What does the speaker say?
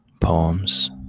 poems